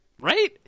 right